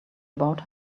about